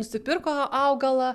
nusipirko augalą